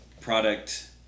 product